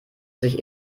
sich